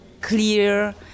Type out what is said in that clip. clear